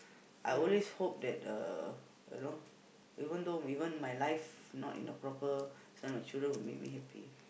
I always hope that uh you know even though even my life not in the proper~ my children will make me happy